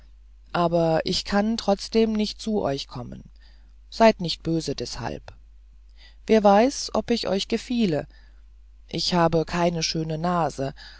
aber ich kann trotzdem nicht zu euch kommen seid nicht böse deshalb wer weiß ob ich euch gefiele ich habe keine schöne nase